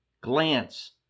glance